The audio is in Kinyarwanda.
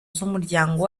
z’umuryango